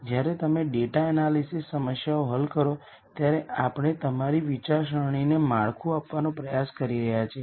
જ્યારે તમે data analysis સમસ્યાઓ હલ કરો ત્યારે આપણે તમારી વિચારસરણીને માળખું આપવાનો પ્રયાસ કરી રહ્યાં છીએ